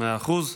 מאה אחוז.